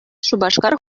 шупашкар